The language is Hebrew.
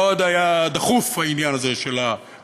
מאוד היה דחוף, העניין הזה של הפירוק,